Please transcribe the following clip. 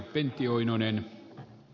arvoisa puhemies